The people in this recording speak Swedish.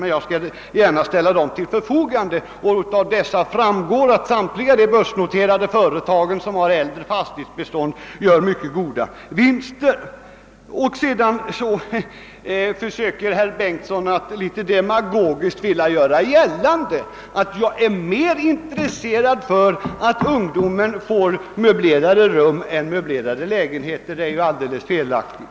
De uppgifter jag har skall jag emellertid gärna ställa till förfogande. Av dem framgår att samtliga de börsnoterade företag som har äldre fastighetsbestånd gör mycket goda vinster. Herr Bengtson i Solna försökte litet demagogiskt göra gällande att jag är mer intresserad av att ungdomen får möblerade rum än lägenheter — det är ju helt felaktigt.